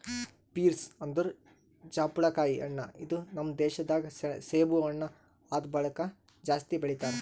pears ಅಂದುರ್ ಜಾಪುಳಕಾಯಿ ಹಣ್ಣ ಇದು ನಮ್ ದೇಶ ದಾಗ್ ಸೇಬು ಹಣ್ಣ ಆದ್ ಬಳಕ್ ಜಾಸ್ತಿ ಬೆಳಿತಾರ್